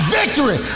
victory